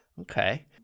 okay